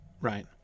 Right